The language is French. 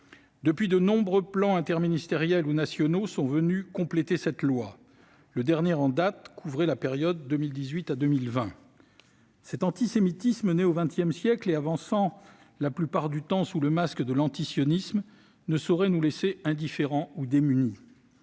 Depuis, de nombreux plans interministériels ou nationaux sont venus compléter cette loi. Le dernier en date couvrait les années 2018 à 2020. Cet antisémitisme, né au XX siècle et avançant la plupart du temps sous le masque de l'antisionisme, ne saurait nous laisser indifférents ou démunis.